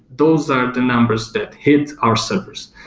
those are the numbers that hit our servers.